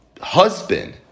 husband